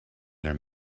their